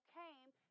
came